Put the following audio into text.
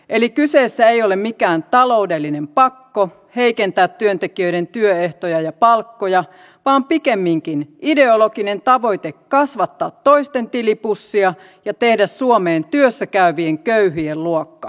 eli kyseessä ei ole mikään taloudellinen pakko heikentää työntekijöiden työehtoja ja palkkoja vaan pikemminkin ideologinen tavoite kasvattaa toisten tilipussia ja tehdä suomeen työssä käyvien köyhien luokka